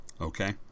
okay